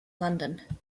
london